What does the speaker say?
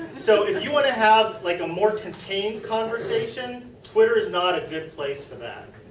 so, if you want to have like a more contained conversation. twitter is not a good place for that.